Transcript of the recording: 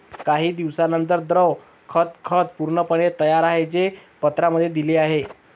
काही दिवसांनंतर, द्रव खत खत पूर्णपणे तयार आहे, जे पत्रांमध्ये दिले आहे